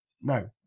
no